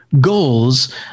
goals